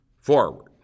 forward